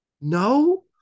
No